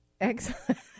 Excellent